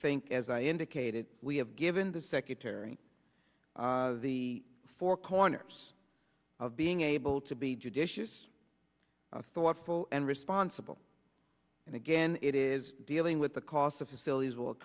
think as i indicated we have given the secretary the four corners of being able to be judicious thoughtful and responsible and again it is dealing with the cost of facilities will